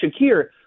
Shakir